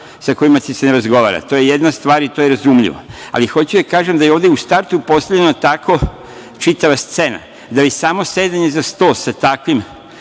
sa kojima će da se razgovara. To je jedna stvar i to je razumljivo, ali hoću da kažem da je ovde u startu postavljena tako čitava scena da i samo sedenje za stolom sa takvim